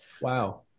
Wow